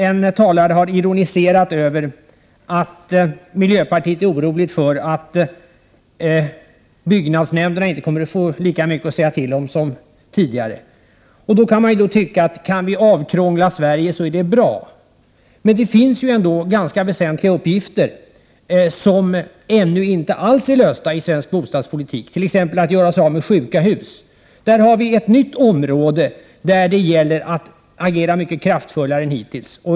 En talare har ironiserat över att miljöpartiet är oroligt för att byggnadsnämnderna inte kommer att få lika mycket att säga till om som tidigare. Man kan då tycka att det är bra om vi kan ”avkrångla” Sverige. Men det finns ändå ganska väsentliga uppgifter som inte alls är lösta ännu i svensk bostadspolitik, t.ex. när det gäller att göra sig av med sjuka hus. Det är ett nytt område där det gäller att agera mycket kraftfullare än hittills.